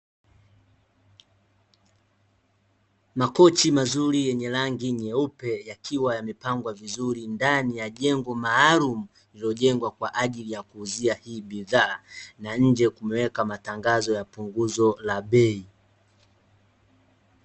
Makochi mazuri yenye rangi nyeupe, yakiwa yamepangwa vizuri ndani ya jengo maalumu lililojengwa kwa ajili ya kuuzia hii bidhaa. Na nje kumewekwa punguzo la bei.